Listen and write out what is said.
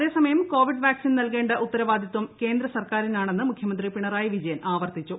അതേസമയം Covid vaccine നൽകേണ്ട ഉത്തരവാദിത്തം കേന്ദ്ര സർക്കാരിനാണെന്ന് മുഖ്യമന്ത്രി പിണറായി വിജയൻ ആവർത്തിച്ചു